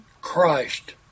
Christ